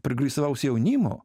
progresyvaus jaunimo